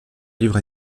livre